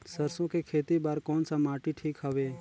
सरसो के खेती बार कोन सा माटी ठीक हवे?